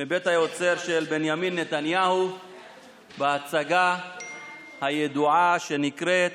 מבית היוצר של בנימין נתניהו בהצגה הידועה שנקראת: